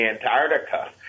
Antarctica